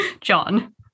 John